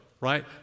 right